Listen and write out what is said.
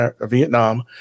Vietnam